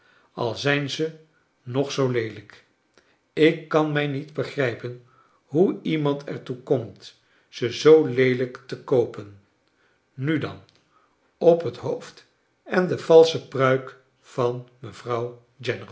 al zijn ze nog zoo leelijk ik kan mij niet begrijpen hoe iemand er toe komt ze zoo leelijk te koopen nu dan op het hoofd en de valsche pruik van mevrouw